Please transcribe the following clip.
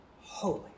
holy